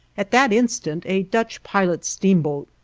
at that instant a dutch pilot steamboat,